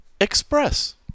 Express